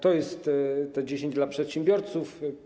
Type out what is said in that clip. To jest te 10 spraw dla przedsiębiorców.